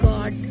God